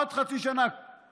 עוד חצי שנה,